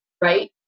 right